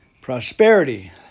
prosperity